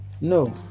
No